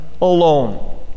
alone